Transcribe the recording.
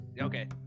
okay